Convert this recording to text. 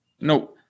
no